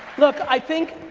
look, i think,